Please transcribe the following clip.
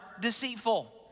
deceitful